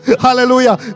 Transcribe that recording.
hallelujah